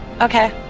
Okay